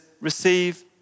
receive